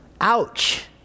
Ouch